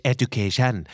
Education